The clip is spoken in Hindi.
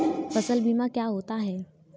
फसल बीमा क्या होता है?